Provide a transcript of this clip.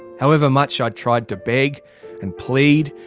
however much i tried to beg and plead,